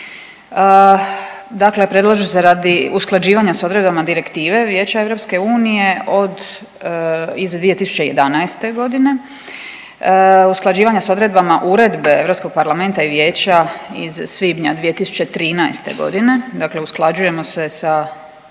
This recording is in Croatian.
dakle predlažu se radi usklađivanja s odredbama Direktive Vijeća EU od, iz 2011.g., usklađivanja s odredbama Uredbe Europskog parlamenta i vijeća iz svibnja 2013.g., dakle usklađujemo se sa